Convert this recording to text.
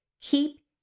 keep